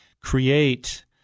create